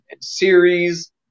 series